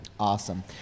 Awesome